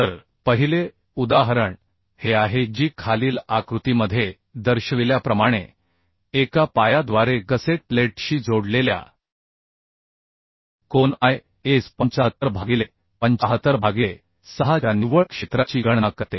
तर पहिले उदाहरण हे आहे जी खालील आकृतीमध्ये दर्शविल्याप्रमाणे एका पायाद्वारे गसेट प्लेटशी जोडलेल्या कोन I s 75 भागिले 75 भागिले 6 च्या निव्वळ क्षेत्राची गणना करते